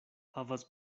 havas